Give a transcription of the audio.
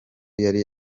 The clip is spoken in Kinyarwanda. yari